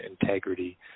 integrity